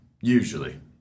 Usually